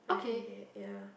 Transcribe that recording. I hate it yeah